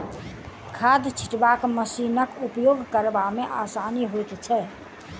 खाद छिटबाक मशीनक उपयोग करबा मे आसानी होइत छै